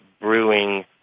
brewing